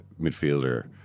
midfielder